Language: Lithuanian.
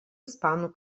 ispanų